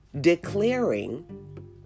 declaring